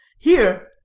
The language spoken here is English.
here,